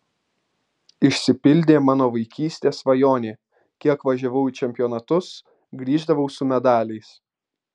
išsipildė mano vaikystės svajonė kiek važiavau į čempionatus grįždavau su medaliais